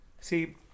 see